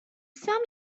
сам